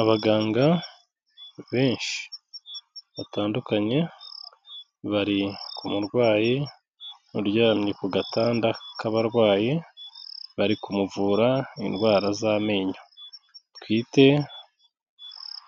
Abaganga benshi batandukanye bari ku murwayi uryamye ku gatanda k'abarwayi, bari kumuvura indwara z'amenyo. Twite